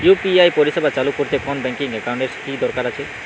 UPI পরিষেবা চালু করতে কোন ব্যকিং একাউন্ট এর কি দরকার আছে?